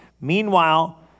Meanwhile